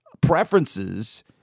preferences